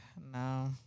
no